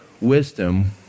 wisdom